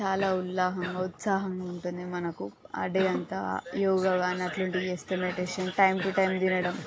చాలా ఉల్లాసంగా ఉత్సాహంగా ఉంటుంది మనకు ఆ డే అంత యోగా కానీ అలాంటివి చేస్తే మెడిటేషన్ టైం టు టైం తినడం